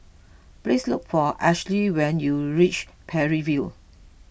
please look for Ashely when you reach Parry View